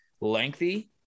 lengthy